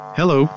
hello